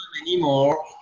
anymore